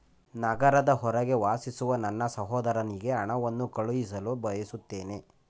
ನಗರದ ಹೊರಗೆ ವಾಸಿಸುವ ನನ್ನ ಸಹೋದರನಿಗೆ ಹಣವನ್ನು ಕಳುಹಿಸಲು ಬಯಸುತ್ತೇನೆ